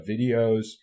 videos